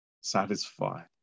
satisfied